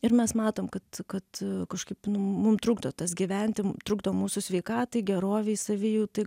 ir mes matom kad kad kažkaip nu mum trukdo tas gyventi trukdo mūsų sveikatai gerovei savijautai